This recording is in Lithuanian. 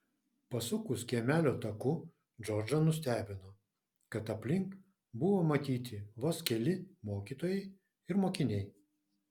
pasukus kiemelio taku džordžą nustebino kad aplink buvo matyti vos keli mokytojai ir mokiniai